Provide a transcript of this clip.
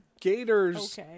gators